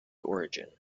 origin